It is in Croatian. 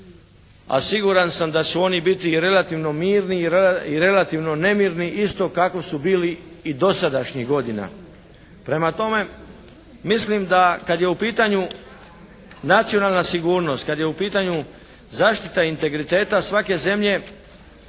a siguran sam da će oni biti relativno mirni i relativno nemirni isto kako su bili i dosadašnjih godina. Prema tome, mislim da kada je u pitanju nacionalna sigurnost, kada je u pitanju zaštita integriteta svake zemlje